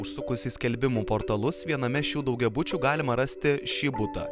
užsukus į skelbimų portalus viename šių daugiabučių galima rasti šį butą